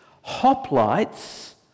hoplites